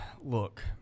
look